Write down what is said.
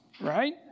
right